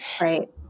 right